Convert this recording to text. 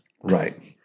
Right